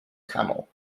camel